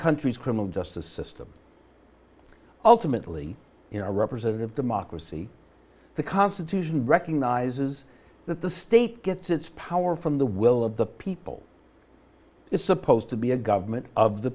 country's criminal justice system ultimately in a representative democracy the constitution recognizes that the state gets its power from the will of the people it's supposed to be a government of the